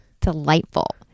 delightful